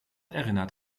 erinnert